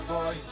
Boy